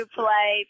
play